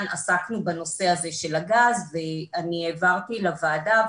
עסקנו בנושא הזה של הגז ואני העברתי לוועדה,